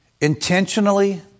Intentionally